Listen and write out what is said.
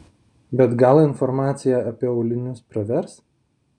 bet gal informacija apie aulinius pravers